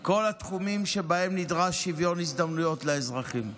בכל התחומים שבהם נדרש שוויון הזדמנויות לאזרחים.